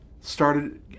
started